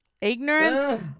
Ignorance